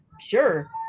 Sure